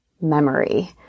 memory